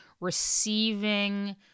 receiving